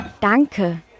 Danke